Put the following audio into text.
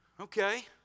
Okay